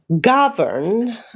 govern